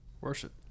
Worship